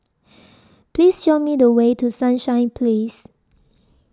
Please Show Me The Way to Sunshine Place